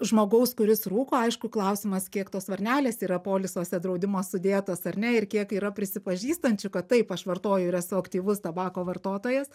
žmogaus kuris rūko aišku klausimas kiek tos varnelės yra polisuose draudimo sudėtos ar ne ir kiek yra prisipažįstančių kad taip aš vartoju ir esu aktyvus tabako vartotojas